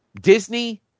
Disney